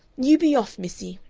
you be off, missie,